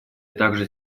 также